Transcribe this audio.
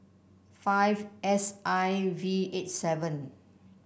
five S I V eight seven